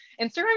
instagram